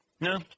No